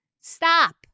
Stop